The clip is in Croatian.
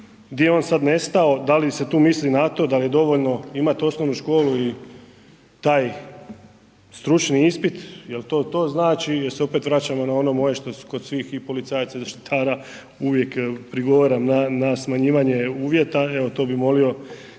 Gdje je on sada nestao? Da li se tu misli na to da je dovoljno imati osnovnu školu i taj stručni ispit jel to to znači ili se opet vraćamo na ono moje koje kod svih i policajaca i zaštitara uvijek prigovaram na smanjivanje uvjeta? Evo to bi molio